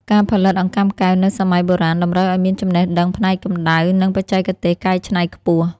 ការផលិតអង្កាំកែវនៅសម័យបុរាណតម្រូវឱ្យមានចំណេះដឹងផ្នែកកំដៅ និងបច្ចេកទេសកែច្នៃខ្ពស់។